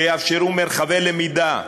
שיאפשרו מרחבי למידה טובים,